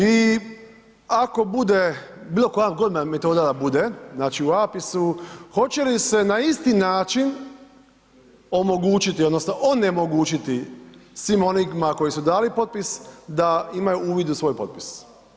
I ako bude bilo koja god metoda da bude, znači u APIS-u hoće li se na isti način omogućiti odnosno onemogućiti svim onima koji su dali potpis da imaju uvid u svoj potpis.